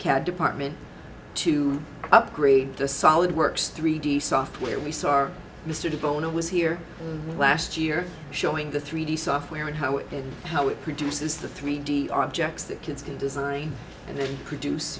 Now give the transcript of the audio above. cad department to upgrade the solid works three d software we saw our mr de bono was here last year showing the three d software and how it how it produces the three d objects that kids can design and then produce